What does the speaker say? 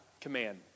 command